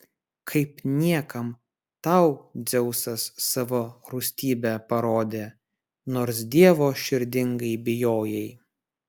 kaip niekam tau dzeusas savo rūstybę parodė nors dievo širdingai bijojai